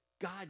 God